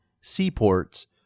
seaports